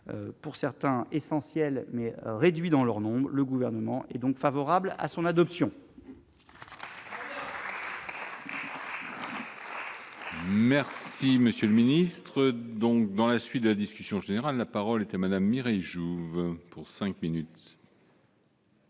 pour certains essentiel mais réduit dans leur nom, le gouvernement est donc favorable à son adoption. Merci monsieur le ministre, donc dans la suite de la discussion générale, la parole était Madame Mireille Jouve pour 5 minutes.